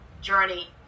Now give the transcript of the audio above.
journey